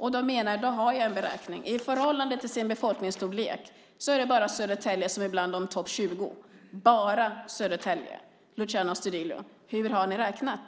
Då har jag en beräkning. I förhållande till sin befolkningsstorlek är det bara Södertälje som är bland topp-20, bara Södertälje. Luciano Astudillo! Hur har ni räknat?